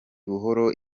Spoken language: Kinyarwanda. buhoro